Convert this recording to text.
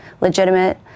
legitimate